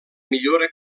millora